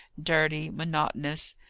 dirty, monotonous.